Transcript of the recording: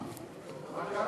מה קרה?